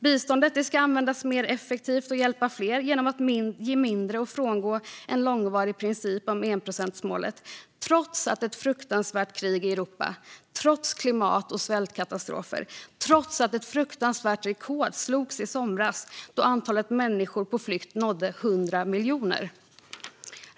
Biståndet ska användas mer effektivt och hjälpa fler genom att man ger mindre och frångår en långvarig princip om enprocentsmålet, trots ett fruktansvärt krig i Europa, trots klimat och svältkatastrofer och trots att ett fruktansvärt rekord slogs i somras, då antalet människor på flykt nådde 100 miljoner.